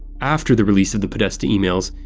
after the release of the podesta emails,